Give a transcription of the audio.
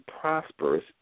prosperous